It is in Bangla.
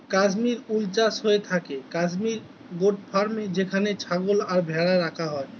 কাশ্মীর উল চাষ হয়ে থাকে কাশ্মীর গোট ফার্মে যেখানে ছাগল আর ভেড়া রাখা হয়